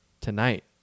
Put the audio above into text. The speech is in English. tonight